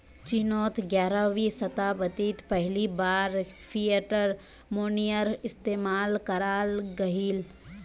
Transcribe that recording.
चिनोत ग्यारहवीं शाताब्दित पहली बार फ़िएट मोनेय्र इस्तेमाल कराल गहिल